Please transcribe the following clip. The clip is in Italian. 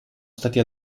stati